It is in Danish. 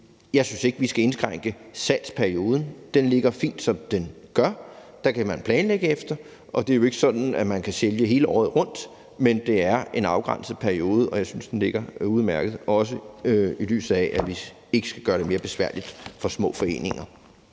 synes jeg ikke, vi skal indskrænke salgsperioden. Den ligger fint, som den gør. Den kan man planlægge efter, og det er jo ikke sådan, at man kan sælge hele året rundt. Det er i en afgrænset periode, og jeg synes, den ligger udmærket, også set i lyset af, at vi ikke skal gøre det mere besværligt for små foreninger.